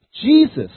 Jesus